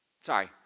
Sorry